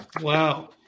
Wow